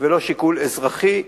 ולא שיקול אזרחי,